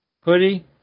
Hoodie